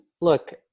look